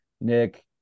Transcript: Nick